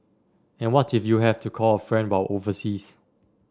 and what if you have to call a friend while overseas